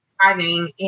Driving